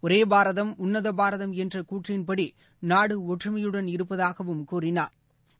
ஒரே பாரதம் உன்னத பாரதம் என்ற கூற்றின்படி நாடு ஒற்றுமையுடன் இருப்பதாக கூறினாா்